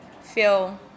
feel